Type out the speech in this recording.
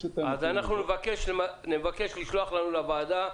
אנחנו נבקש לשלוח לנו לוועדה,